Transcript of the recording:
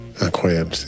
Incroyable